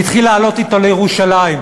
והתחיל לעלות אתו לירושלים.